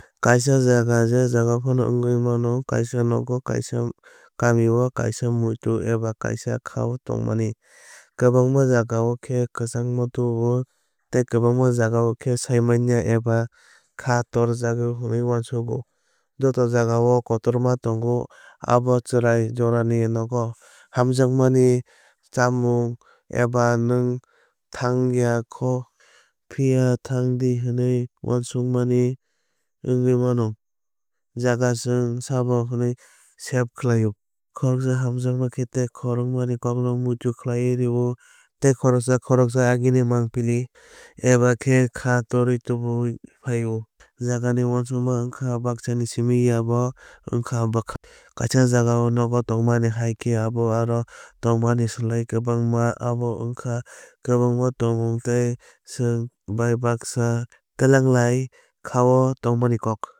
Kaisa jaga je jagao phano wngwi mano kaisa nogo kaisa kamio kaisa muitu eba kaisa khá o tongmani. Kwbangma jaga o khe kwchangma tubuo tei kwbangma jaga khe saimanya eba khá torjak hwnwi uansugo. Joto jagao kotorma tongo abo chwrai jorani nogo hamjakmani chamung eba nwng tháng ya kho phiya tháng di hwnwi uansukmani wngwi mano. Jaga chwng sabo hwnwi save khlaio. Khoroksa hamjakma tei khorokma kókno muitu khlai rwo tei khoroksa khoroksa agini mangpili eba khá torma tubui phaio. Jaga ni uansukma wngkha baksani simi ya abo wngkha bwkhani. Kaisa jagao nogo tongmani hai khe abo aro tongmani slai kwbángma abo wngkha kwrwngma tongmung tei chwng bai baksa tlangwi tongmani kháo tongmani kók.